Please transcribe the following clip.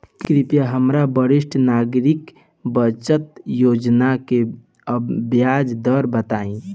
कृपया हमरा वरिष्ठ नागरिक बचत योजना के ब्याज दर बताई